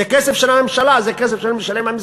זה כסף של הממשלה, זה כסף של משלם המסים.